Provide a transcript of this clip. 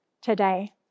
Today